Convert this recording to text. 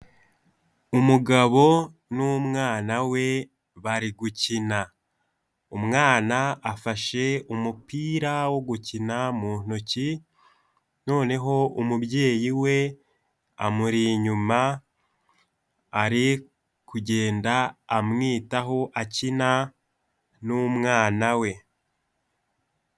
Umugabo n'umwana we bari gukina. Umwana afashe umupira wo gukina mu ntoki, noneho umubyeyi we amuri inyuma, ari kugenda amwitaho, akina n'umwana we.